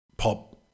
pop